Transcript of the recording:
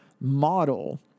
model